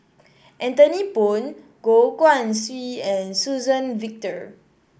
Anthony Poon Goh Guan Siew and Suzann Victor